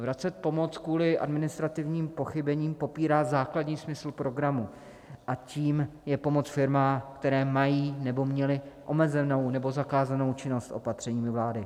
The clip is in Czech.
Vracet pomoc kvůli administrativním pochybením popírá základní smysl programu a tím je pomoc firmám, které mají nebo měly omezenou nebo zakázanou činnost opatřeními vlády.